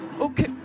Okay